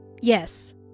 yes